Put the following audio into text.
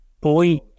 boy